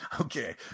Okay